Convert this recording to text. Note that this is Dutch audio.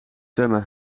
zwemmen